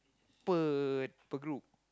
per per group